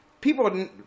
People